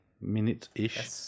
minutes-ish